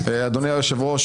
אדוני היושב-ראש,